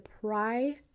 pry